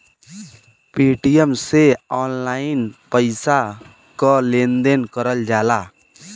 Paytm से online पइसा क लेन देन करल जाला